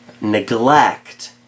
Neglect